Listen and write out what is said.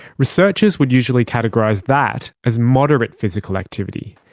researchers would usually categorise that as moderate physical activity.